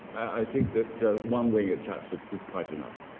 i think that one wing at chatsworth is quite enough.